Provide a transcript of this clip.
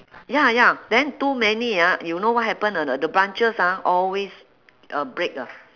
ya ya then too many ah you know what happen or not the branches ah always uh break lah